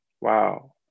wow